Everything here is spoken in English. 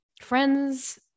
friends